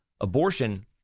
abortion